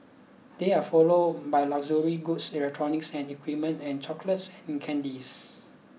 they are followed by luxury goods electronics and equipment and chocolates and candies